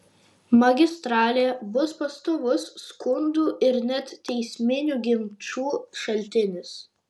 magistralė bus pastovus skundų ir net teisminių ginčų šaltinis